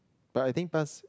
but I think pass